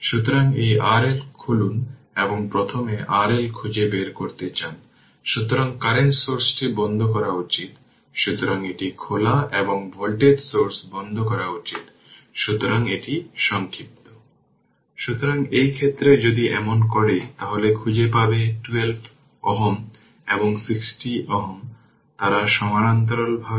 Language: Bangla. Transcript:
সুতরাং প্রথমে ইউনিট স্টেপ ফাংশনটি মূলত এই ধরণের singularity function step function ramp function সমস্ত সেটগুলি বেশিরভাগই সার্কিট এর পাশাপাশি কন্ট্রোল সিস্টেম এ ব্যবহৃত হবে